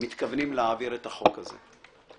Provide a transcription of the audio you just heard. - מתכוונים להעביר את החוק הזה.